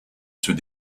ceux